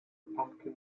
pumpkin